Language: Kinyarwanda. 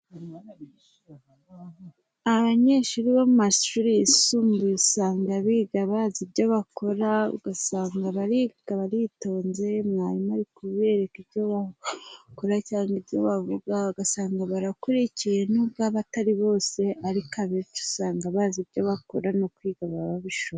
Abanyeshuri bo mu mashuri yisumbuye usanga biga bazi ibyo bakora, ugasanga bariga baritonze, mwarimu ariko kubereka icyo bakora cyangwa ibyo bavuga, ugasanga barakurikiye nubwo atari bose, ariko abenshi usanga bazi ibyo bakora no kwiga babishoboye.